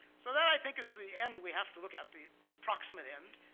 so that i think is the end we have to look at, the proximate end.